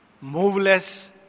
moveless